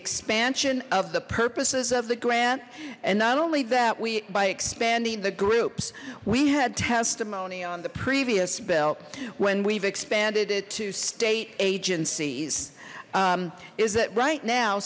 expansion of the purposes of the grant and not only that we by expanding the group's we had testimony on the previous bill when we've expanded it to state agencies is that right now